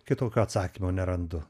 kitokio atsakymo nerandu